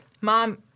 mom